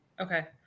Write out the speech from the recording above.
okay